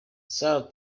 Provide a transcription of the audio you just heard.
sarah